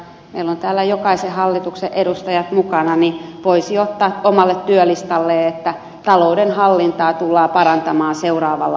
meillä on täällä jokaisen puolueen edustajat mukana ja voisi ottaa omalle työlistalleen että talouden hallintaa tullaan parantamaan seuraavalla hallituskaudella